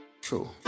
True